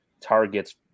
targets